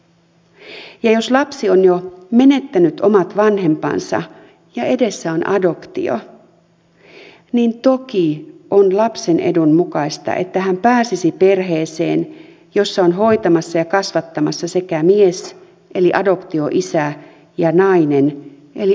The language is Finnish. ja jos lapsi on jo menettänyt omat vanhempansa ja edessä on adoptio niin toki on lapsen edun mukaista että hän pääsisi perheeseen jossa on hoitamassa ja kasvattamassa sekä mies eli adoptioisä ja nainen eli adoptioäiti